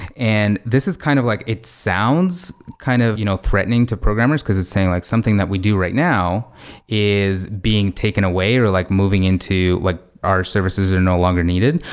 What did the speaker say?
and this is kind of like it sounds kind of you know threatening to programmers because it's saying like something that we do right now is being taken away or like moving into like our services are no longer needed.